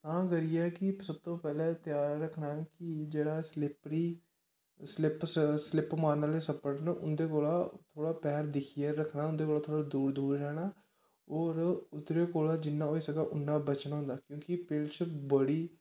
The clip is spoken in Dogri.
तां करियै कि सब तो पैह्लैं ध्यान रक्खनां कि जेह्ड़ा स्लिपरी स्लिप मारनेंआह्ले सप्पड़ न उंदे कोला दा उंदे कोला दा पैर थोह्ड़ा दिक्खियै रक्खना उंदे कोला दा थोह्ड़ा दूर दूर रैह्नां और उध्दरे कोला दा जिन्ने होई सकै बचनां होंदा क्योंकि पेलछी बड़ी